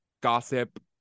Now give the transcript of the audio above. gossip